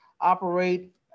operate